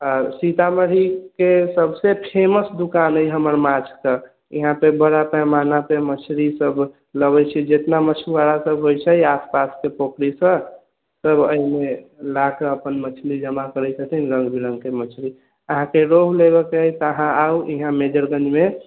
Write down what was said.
आ सीतामढ़ीके सबसे फेमस दुकान अछि हमर माछके यहाँ पे बड़ा पैमाना पर मछली सब लाबैत छै जेतना मछुआरा सब होइत छै आसपासके पोखरिसँ सब अहिने ला कऽ अपन मछली जमा करैत छथिन रङ्ग विरङ्गके मछरी अहाँकेँ रहु लेबऽके अछि तऽ आउ अहाँ मेजरगञ्जमे